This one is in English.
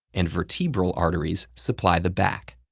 and vertebral arteries supply the back.